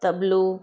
तबलो